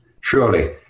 Surely